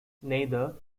neither